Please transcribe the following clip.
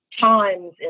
times